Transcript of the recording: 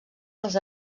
dels